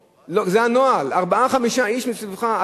אנשים, זה הנוהל, ארבעה-חמישה אנשים מסביבך.